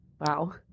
Wow